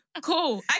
Cool